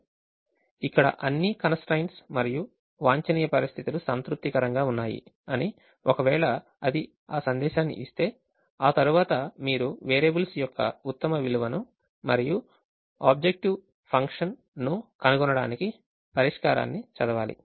ఇక్కడ అన్ని constraints మరియు వాంఛనీయ పరిస్థితులు సంతృప్తికరంగా ఉన్నాయి అని ఒకవేళ అది ఆ సందేశాన్ని ఇస్తే ఆ తరువాత మీరు వేరియబుల్స్ యొక్క ఉత్తమ విలువను మరియు ఆబ్జెక్టివ్ ఫంక్షన్ ను కనుగొనడానికి పరిష్కారాన్ని చదవాలి